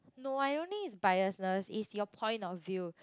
no I don't think is biasness is your point of view